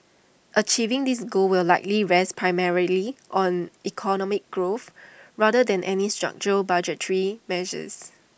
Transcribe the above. achieving this goal will likely rest primarily on economic growth rather than any structural budgetary measures